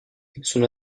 son